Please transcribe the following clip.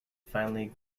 finally